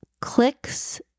clicks